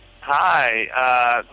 Hi